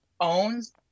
owns